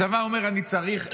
הצבא אומר: אני צריך,